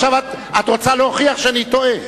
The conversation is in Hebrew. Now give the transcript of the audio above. עכשיו את רוצה להוכיח שאני טועה?